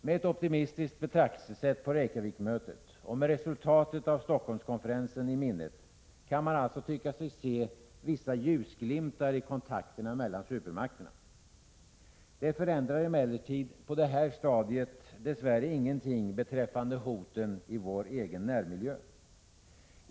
Med ett optimistiskt betraktelsesätt på Reykjavikmötet och med resultatet av Stockholmskonferensen i minnet kan man alltså tycka sig se vissa ljusglimtar i kontakterna mellan supermakterna. Det förändrar emellertid på det här stadiet dess värre ingenting beträffande hoten i vår egen närmiljö.